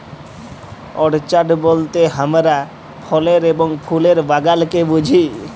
orchard বলতে হামরা ফলের এবং ফুলের বাগালকে বুঝি